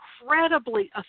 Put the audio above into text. incredibly